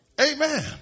Amen